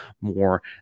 more